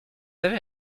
avez